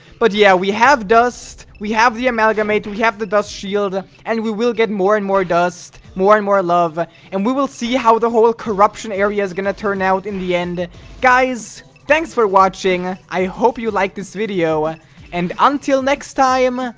but yeah we have dust we have the amalgamate we have the dust shield and we will get more and more dust more and more love and we will see how the whole corruption area is gonna turn out in the end guys thanks for watching. i hope you liked this video ah and until next time. ah